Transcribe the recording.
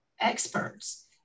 experts